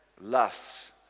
lusts